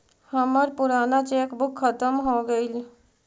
हमर पूराना cheque book खत्म हो गईल